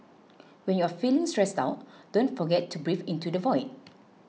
when you are feeling stressed out don't forget to breathe into the void